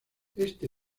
este